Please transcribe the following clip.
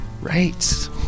Right